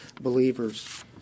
believers